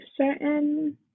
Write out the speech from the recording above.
certain